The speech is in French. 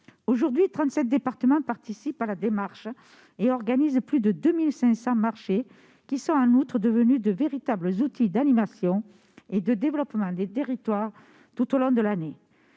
Aujourd'hui, 37 départements participent à cette démarche et organisent plus de 2 500 marchés qui sont, en outre, devenus de véritables outils d'animation et de développement des territoires, tout au long de l'année.